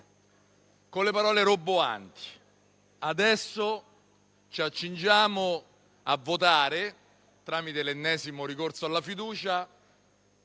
con le parole roboanti. Adesso ci accingiamo a votare, tramite l'ennesimo ricorso alla fiducia,